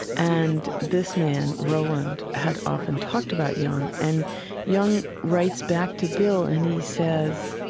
and this man, roland, had often talked about jung, and jung writes back to bill, and he says,